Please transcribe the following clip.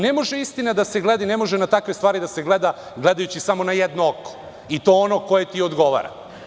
Ne može istina da se gleda i ne može na takve stvari da se gleda gledajući samo na jedno oko i to ono koje ti odgovara.